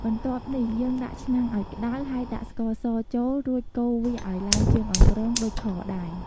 បន្ទាប់នេះយើងដាក់ឆ្នាំងឲ្យក្តៅហើយដាក់ស្ករសចូលរួចកូវាឱ្យឡើងជើងអង្ក្រងដូចខដែរ។